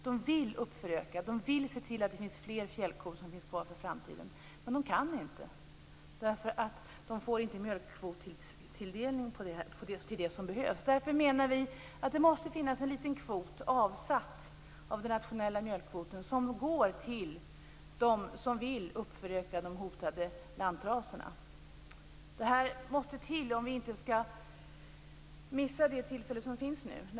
De vill föröka raserna och se till att det finns fler fjällkor kvar inför framtiden. Men de kan inte, därför att de får inte den mjölkkvotstilldelning som behövs. Därför menar vi att det måste finnas en liten kvot avsatt av den nationella mjölkkvoten som går till dem som vill föröka de hotade lantraserna. Detta måste till om vi inte skall missa det tillfälle som finns nu.